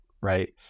right